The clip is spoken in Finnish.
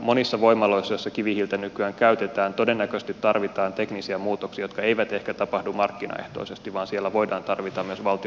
monissa voimaloissa joissa kivihiiltä nykyään käytetään todennäköisesti tarvitaan teknisiä muutoksia jotka eivät ehkä tapahdu markkinaehtoisesti vaan siellä voidaan tarvita myös valtion osallistumista